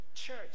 church